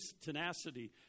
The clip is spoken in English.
tenacity